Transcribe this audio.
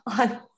on